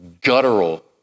Guttural